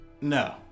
No